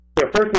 first